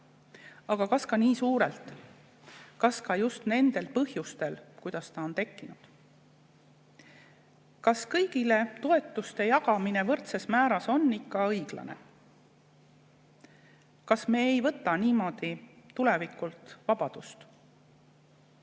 Aga kas ka nii suurena? Kas ka just nendel põhjustel, kuidas ta on tekkinud? Kas kõigile võrdses määras toetuste jagamine on ikka õiglane? Kas me ei võta niimoodi tulevikult vabadust?